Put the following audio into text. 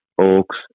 Oaks